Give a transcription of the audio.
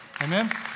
Amen